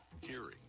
Hearing